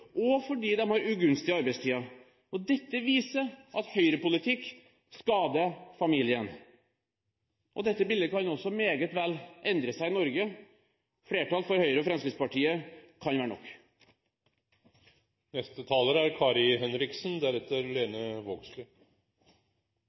og fordi de har ugunstige arbeidstider. Dette viser at høyrepolitikk skader familien. Dette bildet kan også meget vel endre seg i Norge. Flertall for Høyre og Fremskrittspartiet kan være nok. Det er